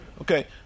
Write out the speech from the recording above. Okay